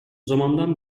zamandan